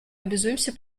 обязуемся